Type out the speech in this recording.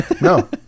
No